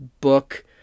book